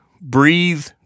Breathe